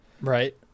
Right